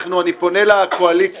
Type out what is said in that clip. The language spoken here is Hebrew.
אני פונה לקואליציה,